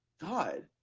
God